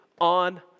on